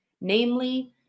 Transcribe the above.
Namely